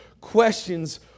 questions